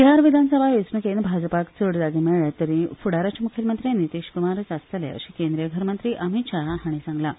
बिहार विधानसभा वेंचणुकेंत भाजपाक चड जागे मेळ्ळे तरीय फूडाराचे मुखेलमंत्री नितीश कूमारूच आसतले अशें केंद्रीय घर मंत्री अमीत शाह हांणी सांगलां